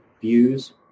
views